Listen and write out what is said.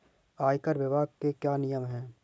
आयकर विभाग के क्या नियम हैं?